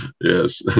Yes